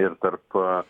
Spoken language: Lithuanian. ir tarp